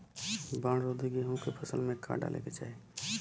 बाढ़ रोधी गेहूँ के फसल में का डाले के चाही?